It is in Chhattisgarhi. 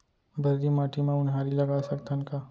भर्री माटी म उनहारी लगा सकथन का?